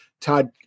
todd